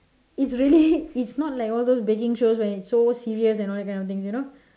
it's really it's not like all those baking shows where it's so serious and all that kind of things you know